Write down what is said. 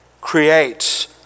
creates